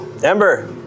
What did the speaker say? Ember